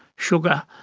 sugar,